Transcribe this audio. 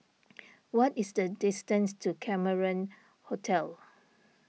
what is the distance to Cameron Hotel